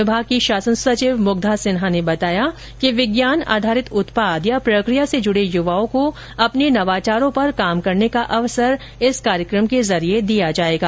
विभाग की शासन सचिव मुग्धा सिन्हा ने बताया कि विज्ञान आधारित उत्पाद या प्रकिया से जुडे युवाओं को अपने नवाचारों पर काम करने का अवसर इस कार्यक्रम के जरिये दिया जाएगा